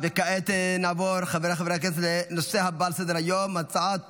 ביטול הטבות המס הניתנות לסוכנות הסעד